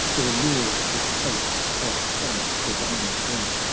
or lured with hope of some diviner drink,